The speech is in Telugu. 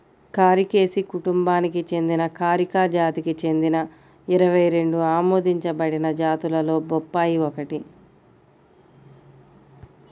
కారికేసి కుటుంబానికి చెందిన కారికా జాతికి చెందిన ఇరవై రెండు ఆమోదించబడిన జాతులలో బొప్పాయి ఒకటి